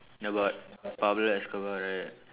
ya but Pablo Escobar right